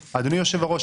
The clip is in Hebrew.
היושב-ראש,